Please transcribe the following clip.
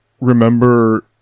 remember